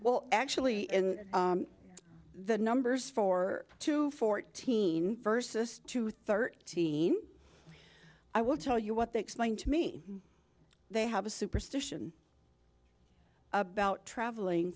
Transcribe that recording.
well actually in the numbers four to fourteen versus two thirteen i will tell you what they explained to me they have a superstition about traveling